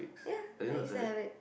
ya I use to have it